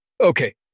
okay